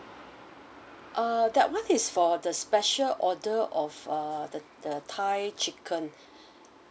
uh that one is for the special order of uh the the thai chicken